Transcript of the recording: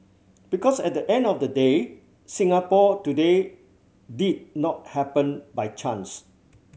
because at the end of the day Singapore today did not happen by chance